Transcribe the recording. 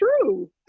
true